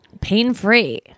Pain-free